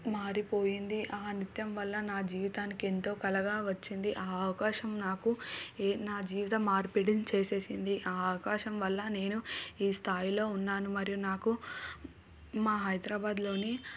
మారిపోయింది ఆ నృత్యం వల్ల నా జీవితానికి ఎంతో కలగా వచ్చింది ఆ అవకాశం నాకు ఏ నా జీవితం మార్పిడిని చేసేసింది ఆ అవకాశం వల్ల నేను ఈ స్థాయిలో ఉన్నాను మరియు నాకు మా హైదరాబాదులో